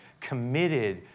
committed